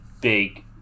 big